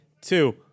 two